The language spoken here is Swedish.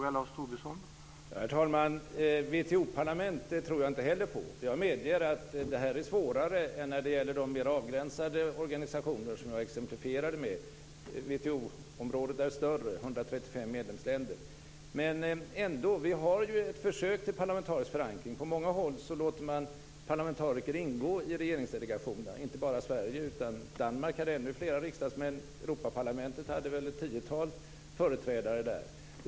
Herr talman! WTO-parlament tror jag inte heller på. Jag medger att det här är svårare än när det gäller de mer avgränsade organisationer som jag exemplifierade med. WTO-området är större - 135 medlemsländer. Vi har ändå ett försök till parlamentarisk förankring. På många håll låter man parlamentariker ingå i regeringsdelegationerna. Inte bara Sverige gjorde det, utan även Danmark, som hade ännu fler riksdagsmän, och Europaparlamentet hade ett tiotal företrädare där.